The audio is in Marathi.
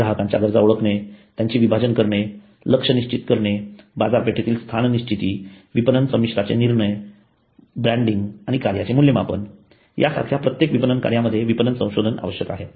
ग्राहकांच्या गरजा ओळखणे त्यांचे विभाजन करणे लक्ष्य निश्चित करणे बाजारपेठेतील स्थान निश्चिती विपणन संमिश्रांचे निर्णय ब्रँडिंग आणि कार्याचे मूल्यमापन यासारख्या प्रत्येक विपणन कार्यामध्ये विपणन संशोधन आवश्यक आहे